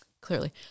Clearly